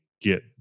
get